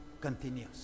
continues